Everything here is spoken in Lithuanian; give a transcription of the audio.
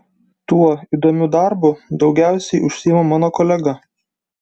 tuo įdomiu darbu daugiausiai užsiima mano kolega